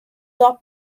top